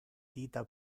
dita